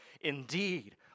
Indeed